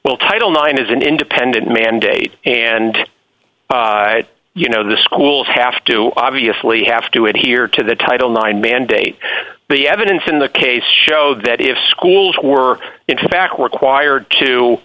will title nine is an independent mandate and you know the schools have to obviously have to adhere to the title nine mandate the evidence in the case show that if schools were in fact required to